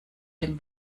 dem